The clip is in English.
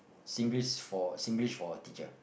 Singlish for Singlish for a teacher